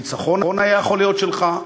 הניצחון היה יכול להיות שלך,